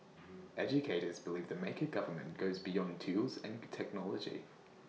educators believe the maker government goes beyond tools and technology